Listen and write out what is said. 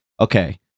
okay